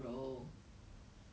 strike lottery eh